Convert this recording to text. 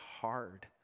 hard